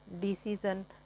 decision